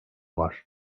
var